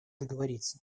договориться